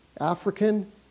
African